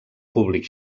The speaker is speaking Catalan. públic